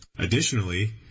Additionally